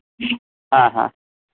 ᱦᱮᱸ ᱦᱮᱸ